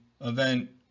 event